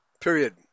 Period